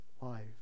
life